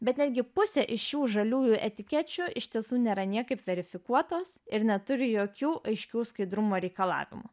bet netgi pusė iš šių žaliųjų etikečių iš tiesų nėra niekaip verifikuotos ir neturi jokių aiškių skaidrumo reikalavimų